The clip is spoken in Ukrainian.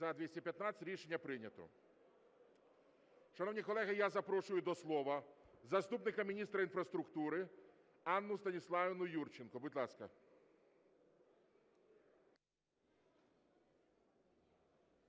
За-215 Рішення прийнято. Шановні колеги, я запрошую до слова заступника міністра інфраструктури Анну Станіславівну Юрченко. Будь ласка.